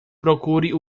procure